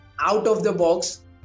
out-of-the-box